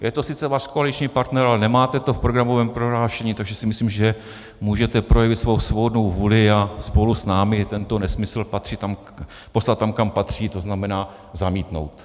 Je to sice váš koaliční partner, ale nemáte to v programovém prohlášení, takže si myslím, že můžete projevit svou svobodnou vůli a spolu s námi tento nesmysl poslat tam, kam patří, to znamená zamítnout.